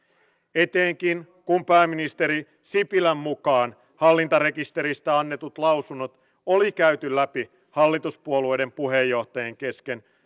etenkin kun pääministeri sipilän mukaan hallintarekisteristä annetut lausunnot oli käyty läpi hallituspuolueiden puheenjohtajien kesken